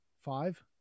Five